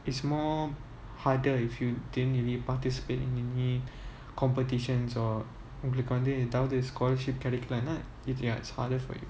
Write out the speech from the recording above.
it's more harder if you didn't really participate in any competitions or உங்களுக்குவந்துஏதாவது:ungaluku vanthu yethavathu scholarship கெடைக்குதுனு:kidaikuthunu ya it's harder for you